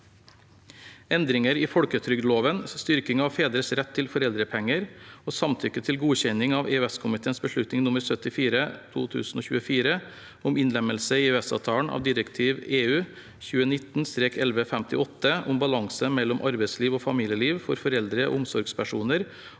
Endringer i folketrygdloven (styrking av fedres rett til foreldrepenger) og samtykke til godkjenning av EØS-komiteens beslutning nr. 74/2024 om innlemmelse i EØS-avtalen av direktiv (EU) 2019/1158 om balanse mellom arbeidsliv og familieliv for foreldre og omsorgspersoner